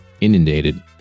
inundated